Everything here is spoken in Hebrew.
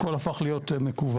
הכל הפך להיות מקוון.